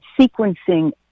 sequencing